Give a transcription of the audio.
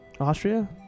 Austria